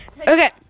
Okay